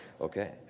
Okay